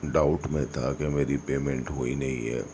doubt میں تھا کہ میری پیمنٹ ہوئی نہیں ہے